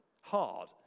hard